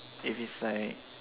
if is like